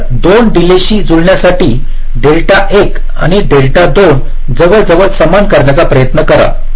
तर 2 डिले शी जुळण्यासाठी डेल्टा 1 आणि डेल्टा 2 जवळजवळ समान करण्याचा प्रयत्न करा